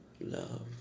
Love